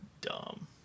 Dumb